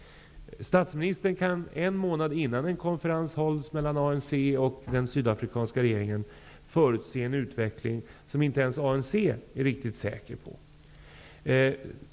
Statsministern kan en månad innan en konferens hålls mellan ANC och den sydafrikanska regeringen förutse en utveckling som inte ens ANC är riktigt säker på.